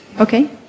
Okay